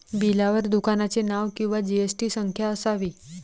बिलावर दुकानाचे नाव किंवा जी.एस.टी संख्या असावी